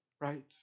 right